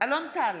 אלון טל,